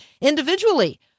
individually